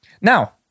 Now